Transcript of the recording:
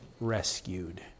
rescued